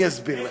אני אסביר לך.